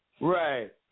Right